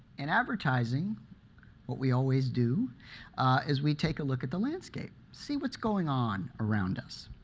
in advertising what we always do is, we take a look at the landscape, see what's going on around us.